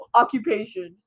occupation